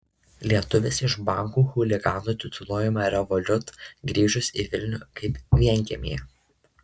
lietuvis iš bankų chuliganu tituluojamo revolut grįžus į vilnių kaip vienkiemyje